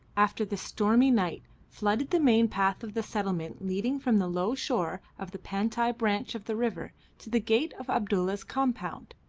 after the stormy night, flooded the main path of the settlement leading from the low shore of the pantai branch of the river to the gate of abdulla's compound.